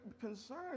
concern